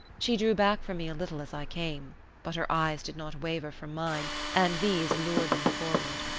she drew back from me a little as i came but her eyes did not waver from mine, and these lured me forward.